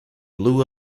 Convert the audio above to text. blew